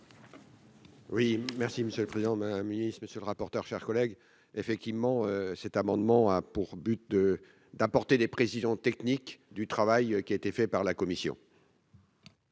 Oui merci monsieur le président, n'a un ministre, monsieur le rapporteur, chers collègues, effectivement, cet amendement a pour but de d'apporter des précisions techniques du travail qui a été fait par la commission.